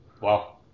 Wow